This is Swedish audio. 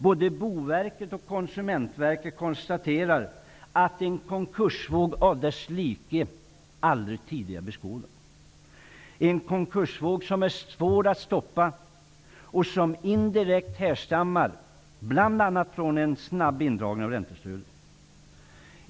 Både Boverket och Konsumentverket konstaterar att denna konkursvågs like aldrig tidigare skådats. Det är en konkursvåg som är svår att stoppa och som indirekt härstammar bl.a. från en snabb indragning av räntestödet.